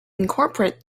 incorporate